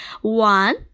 One